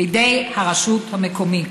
בידי הרשות המקומית.